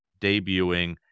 debuting